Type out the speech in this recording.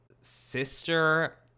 sister